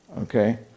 Okay